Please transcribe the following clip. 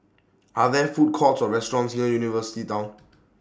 Are There Food Courts Or restaurants near University Town